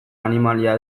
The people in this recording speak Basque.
animalia